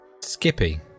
Skippy